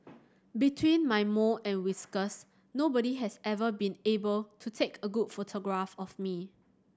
between my mole and whiskers nobody has ever been able to take a good photograph of me